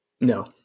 No